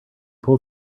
pull